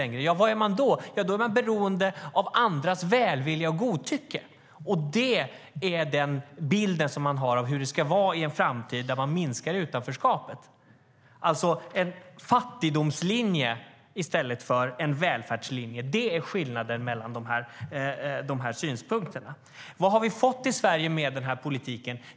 Men vad är man då? Jo, då är man beroende av andras välvilja och godtycke, och det är bilden av hur det ska bli i en framtid där man minskar utanförskapet. En fattigdomslinje i stället för en välfärdslinje är skillnaden mellan våra synsätt. Vad har vi fått i Sverige med den här politiken?